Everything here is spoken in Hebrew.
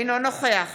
אינו נוכח